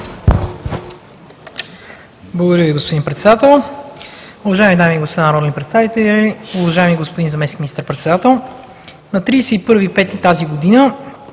Благодаря Ви, господин Председател. Уважаеми дами и господа народни представители, уважаеми господин Заместник министър-председател! На 31 май тази година